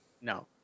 No